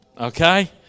okay